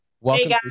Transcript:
Welcome